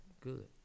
good